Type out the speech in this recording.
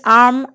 arm